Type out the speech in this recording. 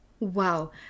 Wow